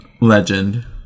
Legend